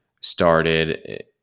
started